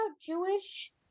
Jewish